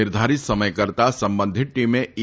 નિર્ધારીત સમય કરતાં સંબંધીત ટીમે ઇ